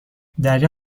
دریا